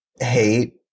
hate